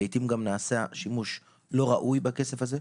לעיתים גם נעשה שימוש לא ראוי בכסף הזה,